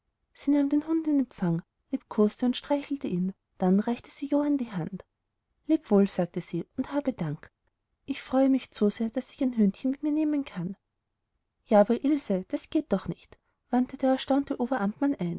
nahm den hund in empfang liebkoste und streichelte ihn dann reichte sie johann die hand leb wohl sagte sie und habe dank ich freue mich zu sehr daß ich ein hündchen mit mir nehmen kann ja aber ilse das geht doch nicht wandte der erstaunte